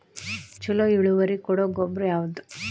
ಛಲೋ ಇಳುವರಿ ಕೊಡೊ ಗೊಬ್ಬರ ಯಾವ್ದ್?